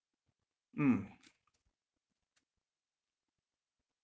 mm